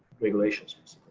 regulations.